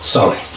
Sorry